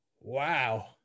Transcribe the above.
Wow